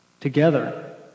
Together